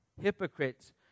hypocrites